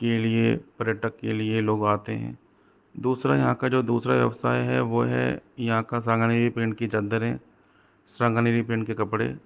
के लिए पर्यटक के लिए लोग आते है दूसरा यहाँ का जो दूसरा व्यवसाय है वो है यहाँ का सांगानेरी प्रिंट की चद्दरें सांगानेरी प्रिंट के कपड़े